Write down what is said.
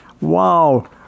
Wow